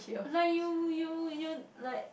like you you you'd like